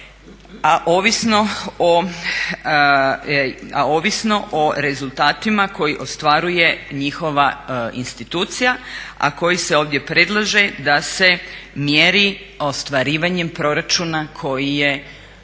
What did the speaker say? A ovisno o rezultatima koji ostvaruje njihova institucija a koji se ovdje predlaže da se mjeri ostvarivanjem proračuna koji je usvojen